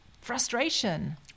Frustration